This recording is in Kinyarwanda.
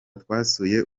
twasuye